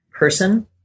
person